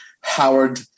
Howard